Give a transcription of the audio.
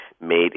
made